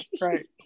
Right